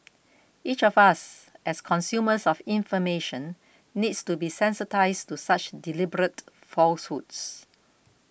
each of us as consumers of information needs to be sensitised to such deliberate falsehoods